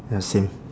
ya same